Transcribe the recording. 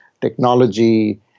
technology